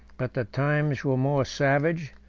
but the times were more savage,